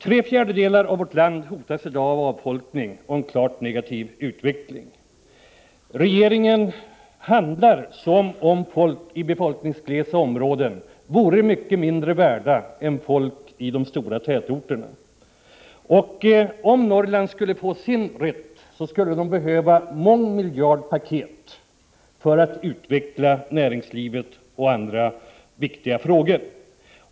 Tre fjärdedelar av vårt land hotas i dag av avfolkning och en klart negativ utveckling. Regeringen handlar som om folk i befolkningsglesa områden vore mycket mindre värda än folk i de stora tätorterna. Om Norrland skall få ut sin rätt, skulle det behövas mångmiljardpaket för att utveckla näringslivet och åtgärda andra viktiga frågor.